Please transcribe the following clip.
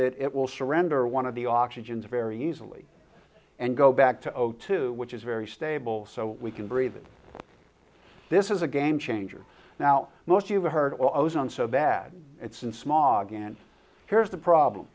that it will surrender one of the oxygen very easily and go back to zero two which is very stable so we can breathe it this is a game changer now most you've heard all of us on so bad it's an smaug and here's the problem